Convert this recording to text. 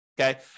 okay